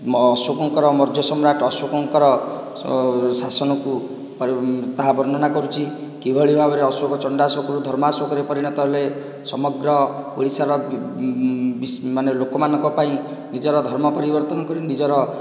ଅଶୋକଙ୍କର ମୋର୍ଯ୍ୟ ସମ୍ରାଟ ଅଶୋକଙ୍କର ଶାସନକୁ ତାହା ବର୍ଣ୍ଣନା କରୁଛି କିଭଳି ଭାବରେ ଅଶୋକ ଚଣ୍ଡାଶୋକରୁ ଧର୍ମାଶୋକରେ ପରିଣତ ହେଲେ ସମଗ୍ର ଓଡ଼ିଶା ମାନେ ଲୋକମାନଙ୍କ ପାଇଁ ନିଜର ଧର୍ମ ପରିବର୍ତ୍ତନ କରି ନିଜର